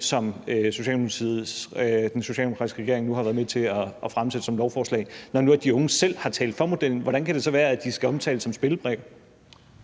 som den socialdemokratiske regering nu har været med til at fremsætte som lovforslag? Når nu de unge selv har talt for modellen, hvordan kan det så være, at de skal omtales som spillebrikker?